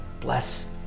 Bless